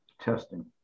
testing